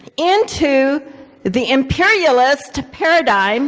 into the imperialist paradigm